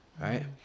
right